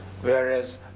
Whereas